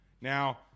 Now